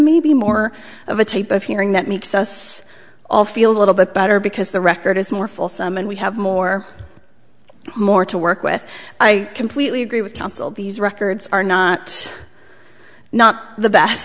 maybe more of a type of hearing that makes us all feel a little bit better because the record is more fulsome and we have more more to work with i completely agree with counsel these records are not not the best